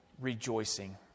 rejoicing